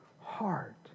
heart